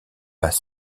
pas